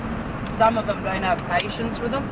some of them don't have patience with them,